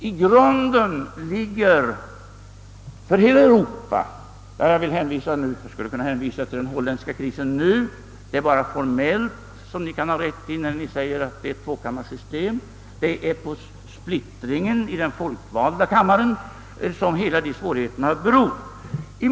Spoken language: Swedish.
I grunden gäller det för hela Europa — jag skulle kunna hänvisa till den pågående holländska krisen — och det är bara formellt som ni kan ha rätt då ni säger att det är ett andrakammarsystem. Det är på splittringen i den folkvalda kammaren som alla dessa svårigheter beror.